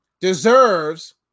deserves